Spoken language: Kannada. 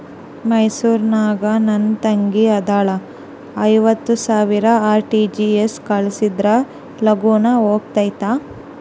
ಮೈಸೂರ್ ನಾಗ ನನ್ ತಂಗಿ ಅದಾಳ ಐವತ್ ಸಾವಿರ ಆರ್.ಟಿ.ಜಿ.ಎಸ್ ಕಳ್ಸಿದ್ರಾ ಲಗೂನ ಹೋಗತೈತ?